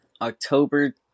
October